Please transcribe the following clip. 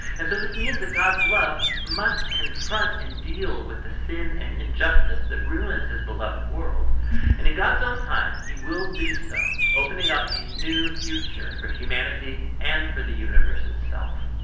and so this means that god's love must confront and deal with the sin and injustice that ruins his beloved world and in god's own time, he will do so, opening up a new future for humanity and for the universe itself.